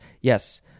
Yes